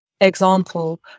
example